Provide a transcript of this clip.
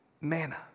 Manna